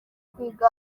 kwiga